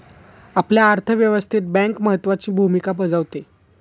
आपल्या अर्थव्यवस्थेत बँक महत्त्वाची भूमिका बजावते